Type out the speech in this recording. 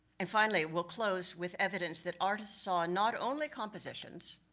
and finally, we'll close with evidence that artist saw not only compositions,